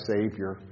Savior